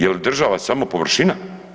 Je li država samo površina?